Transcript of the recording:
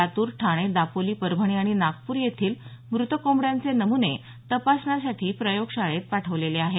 लातूर ठाणे दापोली परभणी आणि नागपूर येथील मृत कोंबड्यांचे नमुने तपासणीसाठी प्रयोगशाळेत पाठवलेले आहेत